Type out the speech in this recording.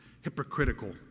hypocritical